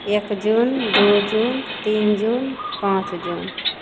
एक जून दू जून तीन जून पाँच जून